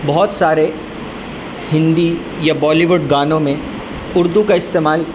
بہت سارے ہندی یا بالی ووڈ گانوں میں اردو کا استعمال